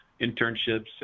internships